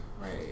right